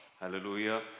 Hallelujah